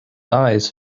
eyes